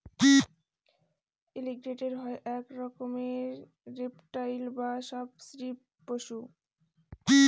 এলিগেটের হয় এক রকমের রেপ্টাইল বা সর্প শ্রীপ পশু